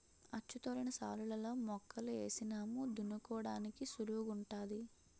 అచ్చుతోలిన శాలులలో మొక్కలు ఏసినాము దున్నుకోడానికి సుళువుగుంటాది